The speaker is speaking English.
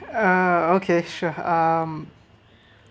ah okay sure um